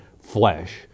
flesh